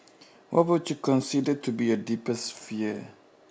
what would you consider to be your deepest fear